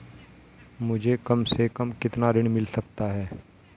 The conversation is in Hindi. मुझे कम से कम कितना ऋण मिल सकता है?